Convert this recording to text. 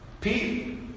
Pete